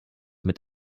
mit